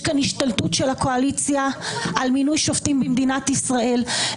יש כאן השתלטות של הקואליציה על מינוי שופטים במדינת ישראל.